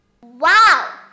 Wow